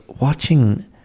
watching